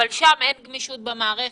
אבל, שם אין גמישות במערכת.